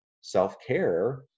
self-care